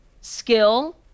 skill